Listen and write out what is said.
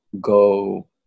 go